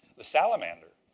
the salamander.